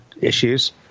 issues—